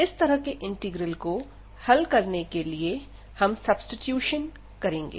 इस तरह के इंटीग्रल को हल करने के लिए हम सब्सीट्यूशन करेंगे